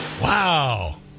wow